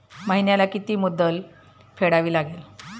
महिन्याला किती मुद्दल फेडावी लागेल?